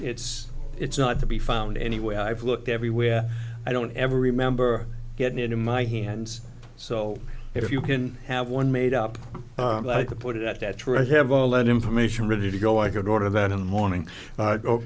it's it's not to be found anyway i've looked everywhere i don't ever remember getting into my hands so if you can have one made up i could put it at that treasure have all that information really to go i could order that in the morning